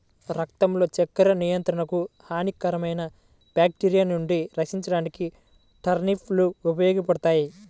రక్తంలో చక్కెర నియంత్రణకు, హానికరమైన బ్యాక్టీరియా నుండి రక్షించడానికి టర్నిప్ లు ఉపయోగపడతాయి